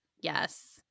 yes